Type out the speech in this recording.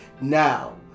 now